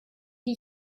die